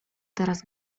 teraz